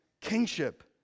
kingship